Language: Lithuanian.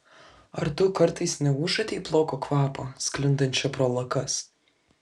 ar tu kartais neužuodei blogo kvapo sklindančio pro lakas